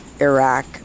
Iraq